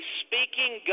speaking